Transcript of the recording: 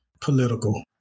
political